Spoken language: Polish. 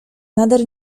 nader